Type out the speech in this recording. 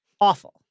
awful